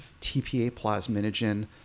TPA-plasminogen